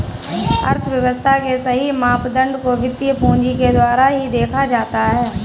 अर्थव्यव्स्था के सही मापदंड को वित्तीय पूंजी के द्वारा ही देखा जाता है